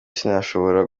sinashobora